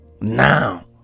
Now